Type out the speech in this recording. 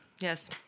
yes